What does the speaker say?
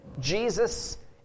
Jesus